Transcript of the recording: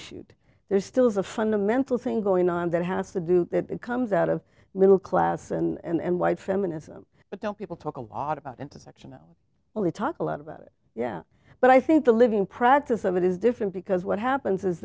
shoot there's still is a fundamental thing going on that has to do that it comes out of middle class and white feminism but don't people talk a lot about intersectional only talk a lot about it yeah but i think the living practice of it is different because what happens is